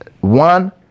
one